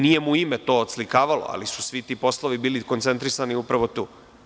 Nije mu ime to oslikvalo, ali su svi ti poslovi bili koncentrisani upravo tu.